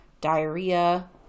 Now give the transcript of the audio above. diarrhea